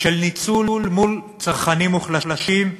של ניצול מול צרכנים מוחלשים,